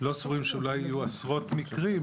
אנחנו לא סבורים שיהיו עשרות מקרים,